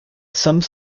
some